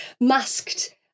masked